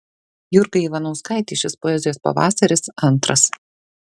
jurgai ivanauskaitei šis poezijos pavasaris antras